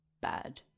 bad